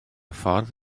ffordd